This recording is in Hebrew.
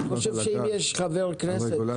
אני חושב שאם יש חבר כנסת